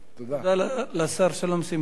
תודה לשר שלום שמחון.